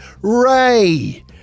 ray